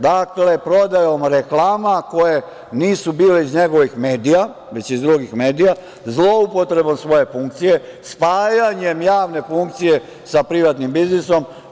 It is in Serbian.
Dakle, prodajom reklama koje nisu bile iz njegovih medija, već iz drugih medija, zloupotrebom svoje funkcije, spajanjem javne funkcije sa privatnim biznisom.